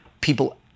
people